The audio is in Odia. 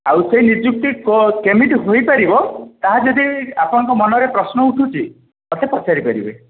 ଆଉ ସେ ନିଯୁକ୍ତି କେମିତି ହୋଇପାରିବ ତାହା ଯଦି ଆପଣଙ୍କ ମନରେ ପ୍ରଶ୍ନ ଉଠୁଛି ମୋତେ ପଚାରିପାରିବେ